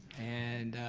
and,